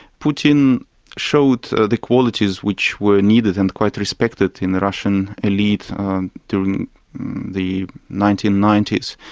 putin showed the qualities which were needed and quite respected in the russian elite during the nineteen ninety s.